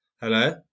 Hello